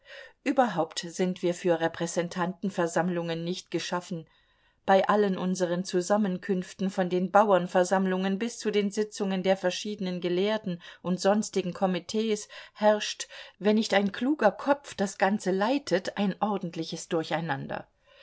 überhaupt sind wir für repräsentantenversammlungen nicht geschaffen bei allen unseren zusammenkünften von den bauernversammlungen bis zu den sitzungen der verschiedenen gelehrten und sonstigen komitees herrscht wenn nicht ein kluger kopf das ganze leitet ein ordentliches durcheinander